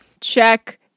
check